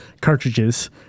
cartridges